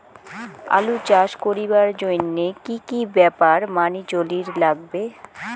আলু চাষ করিবার জইন্যে কি কি ব্যাপার মানি চলির লাগবে?